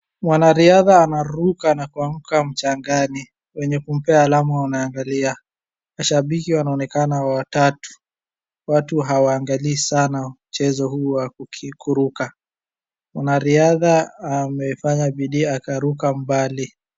Mwanariadha anaruka na kuanguka mchangani. Wenye kumpea alama wanaangalia. Mashambiki wanaonekana watatu. Watu hawaagalii sana mchezo huu wa kuruka. Mwanariadha amefanya bidii akaruka mbali.